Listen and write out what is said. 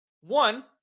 One